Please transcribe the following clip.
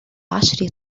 عشر